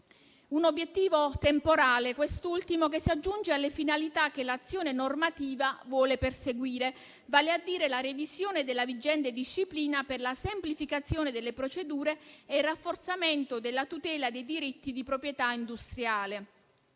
Un obiettivo temporale, quest'ultimo, che si aggiunge alle finalità che l'azione normativa vuole perseguire, vale a dire la revisione della vigente disciplina per la semplificazione delle procedure, il rafforzamento della tutela dei diritti di proprietà industriale,